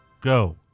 Go